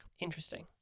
Interesting